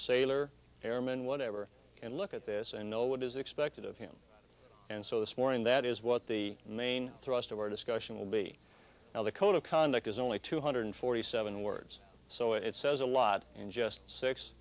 sailor airman whatever can look at this and know what is expected of him and so this morning that is what the main thrust of our discussion will be now the code of conduct is only two hundred forty seven words so it says a lot in just six